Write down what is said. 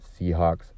seahawks